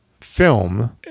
film